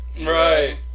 Right